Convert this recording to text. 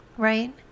right